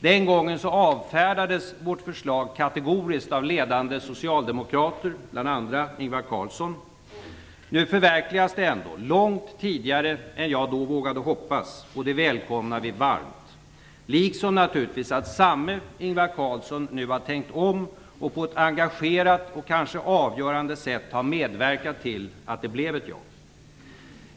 Den gången avfärdades vårt förslag kategoriskt av ledande socialdemokrater, bl.a. Ingvar Carlsson. Nu förverkligas det ändå, långt tidigare än jag då vågade hoppas. Det välkomnar vi varmt, liksom givetvis att samme Ingvar Carlsson nu har tänkt om och på ett engagerat och kanske avgörande sätt har medverkat till att det blev ett ja.